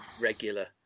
regular